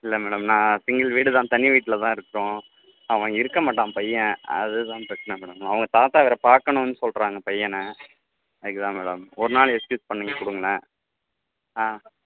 இல்லை மேடம் நான் சிங்கிள் வீடு தான் தனி வீட்டிலதான் இருக்கோம் அவன் இருக்கமாட்டான் பையன் அதுதான் பிரச்சனை மேடம் அவங்க தாத்தா வேறு பார்க்குணுன்னு சொல்லுறாங்க பையனை அதுக்கு தான் மேடம் ஒரு நாள் எக்ஸ்கியூஸ் பண்ணி கொடுங்களேன் ஆ